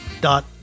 dot